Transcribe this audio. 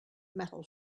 metal